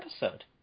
episode